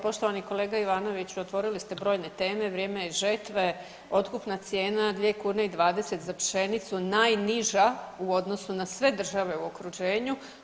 Poštovani kolega Ivanoviću, otvorili ste brojne teme, vrijeme je žetve otkupna cijena 2,20 za pšenicu najniža u odnosu na sve države u okruženju.